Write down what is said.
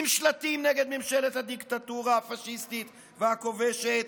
עם שלטים נגד ממשלת הדיקטטורה הפשיסטית והכובשת.